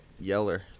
yeller